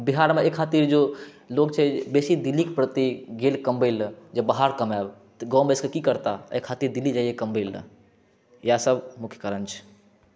बिहारमे एहि खातिर लोक छै बेसी दिल्लीक प्रति गेल कमबै लए जे बाहर कमायब तऽ गाँव बेसि कऽ की करता एहि खातिर दिल्ली जाइया कमबै लए या सभ मुख्य कारण छै